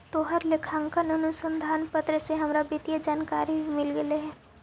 तोहर लेखांकन अनुसंधान पत्र से हमरा वित्तीय जानकारी भी मिल गेलई हे